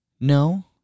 No